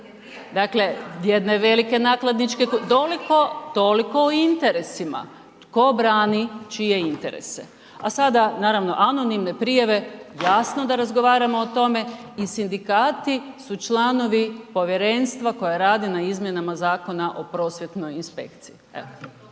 pamflet jedne velike nakladničke kuće, toliko o interesima tko brani čije interese. A sada naravno anonimne prijave jasno da razgovaramo o tome i sindikati su članovi povjerenstva koje radi na izmjenama Zakona o prosvjetnoj inspekciji.